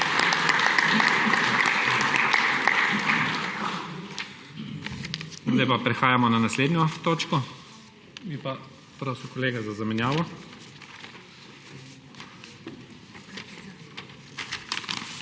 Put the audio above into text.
Zdaj pa prehajamo na naslednjo točko. Bi pa prosil kolega za zamenjavo.